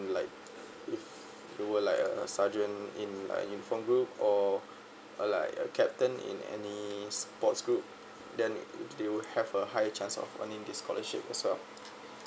like do a like sergeant in uniform group or like captain in any sports group then they will have a high chance of owning this scholarship as well